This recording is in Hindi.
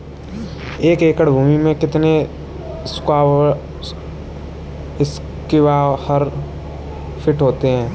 एक एकड़ भूमि में कितने स्क्वायर फिट होते हैं?